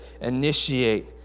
initiate